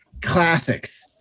classics